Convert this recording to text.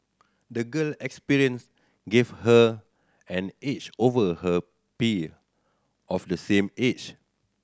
the girl experience gave her an edge over her peer of the same age